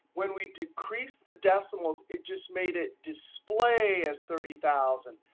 when we decreased the decimals it just made it display as thirty thousand